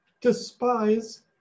despise